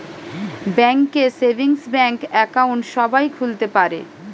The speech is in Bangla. ব্যাঙ্ক এ সেভিংস ব্যাঙ্ক একাউন্ট সবাই খুলতে পারে